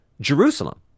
Jerusalem